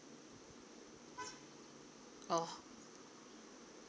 oh